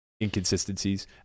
inconsistencies